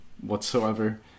whatsoever